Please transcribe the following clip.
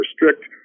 restrict